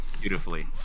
beautifully